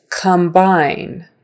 combine